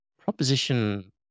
Proposition